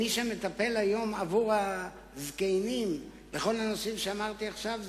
מי שמטפל היום עבור הזקנים בכל הנושאים שאמרתי עכשיו,